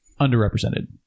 underrepresented